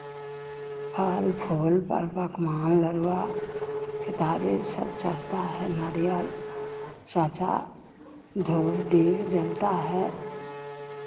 फल फूल पर पकवान लड़ुवा केतारी सब चढ़ता है नारियल साचा धूप दीप जलता है